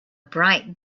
bright